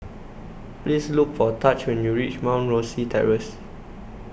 Please Look For Taj when YOU REACH Mount Rosie Terrace